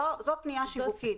זאת פניה שיווקית.